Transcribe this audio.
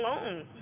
alone